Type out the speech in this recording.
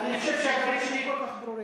אני חושב שהדברים שלי כל כך ברורים.